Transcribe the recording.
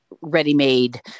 ready-made